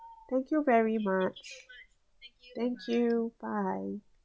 thank you very much thank you bye